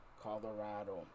Colorado